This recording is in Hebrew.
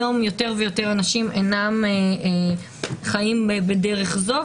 היום יותר אנשים אינם חיים בדרך זו,